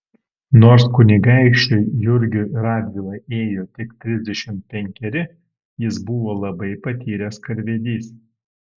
nors kunigaikščiui jurgiui radvilai ėjo tik trisdešimt penkeri jis buvo labai patyręs karvedys